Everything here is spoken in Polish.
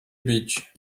bić